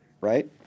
right